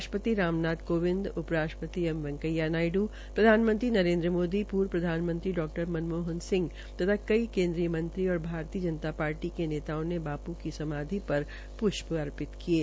राष्ट्र ति राम नाथ कोविंद उ राष्ट्र ति एम वैकेंया नायडू प्रधानमंत्री नरेन्द्र मोदी पूर्व प्रधानमंत्री डॉ मनमोहन सिंह तथा कई केन्द्रीय मंत्री और भारतीय जनता शार्टी के नेताओं ने बापू की समाधि सर प्रष्टी अर्पित किये